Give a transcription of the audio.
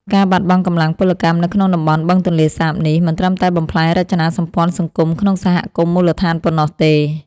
ការបាត់បង់កម្លាំងពលកម្មនៅក្នុងតំបន់បឹងទន្លេសាបនេះ មិនត្រឹមតែបំផ្លាញរចនាសម្ព័ន្ធសង្គមក្នុងសហគមន៍មូលដ្ឋានប៉ុណ្ណោះទេ។